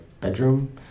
bedroom